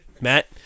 Matt